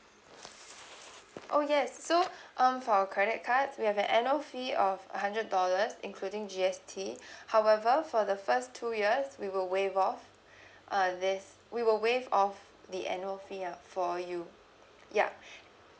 oh yes so um for credit card we have a annual fee of a hundred dollars including G_S_T however for the first two years we will waive off uh there's we will waive off the annual fee ah for you ya